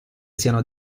siano